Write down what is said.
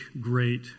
great